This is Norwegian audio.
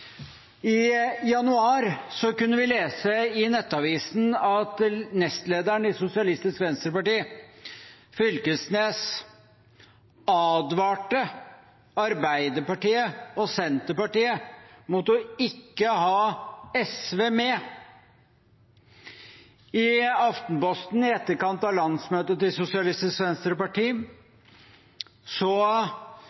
I januar kunne vi lese i Nettavisen at nestlederen i Sosialistisk Venstreparti, Knag Fylkesnes, advarte Arbeiderpartiet og Senterpartiet mot ikke å ha SV med. I Aftenposten, i etterkant av landsmøtet til Sosialistisk Venstreparti,